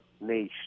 nation